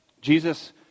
Jesus